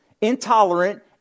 intolerant